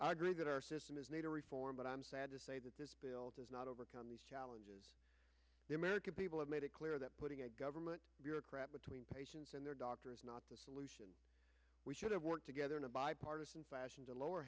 i agree that our system is need to reform but i'm sad to say that this bill does not overcome these challenges the american people have made it clear that putting a government bureaucrat between patients and their doctor is not the solution we should have worked together in a bipartisan